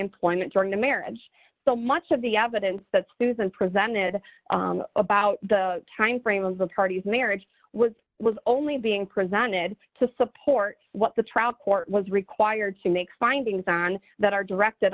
employment during the marriage so much of the evidence that susan presented about the timeframe of the parties marriage was was only being presented to support what the trial court was required to make findings on that are directed